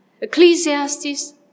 Ecclesiastes